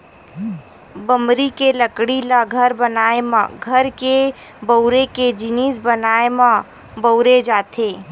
बमरी के लकड़ी ल घर बनाए म, घर के बउरे के जिनिस बनाए म बउरे जाथे